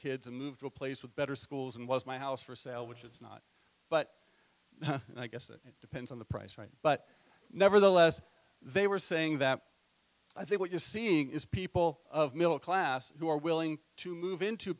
kids and move to a place with better schools and was my house for sale which it's not but i guess it depends on the price right but nevertheless they were saying that i think what you're seeing is people of middle class who are willing to move into